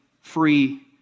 free